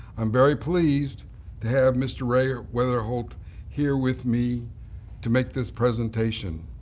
i'm very pleased to have mr. ray ah weatherholt here with me to make this presentation.